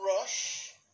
rush